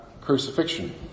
crucifixion